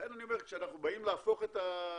לכן אני אומר שכשאנחנו באים להפוך את הדברים